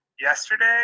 yesterday